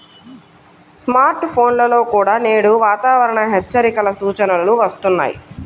smart ఫోన్లలో కూడా నేడు వాతావరణ హెచ్చరికల సూచనలు వస్తున్నాయి